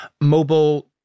mobile